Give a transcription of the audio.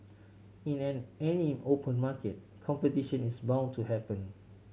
in any open market competition is bound to happen